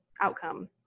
outcome